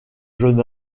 jeune